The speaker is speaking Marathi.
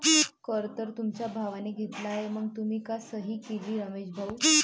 कर तर तुमच्या भावाने घेतला आहे मग तुम्ही का सही केली रमेश भाऊ?